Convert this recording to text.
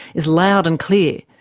is loud and clear.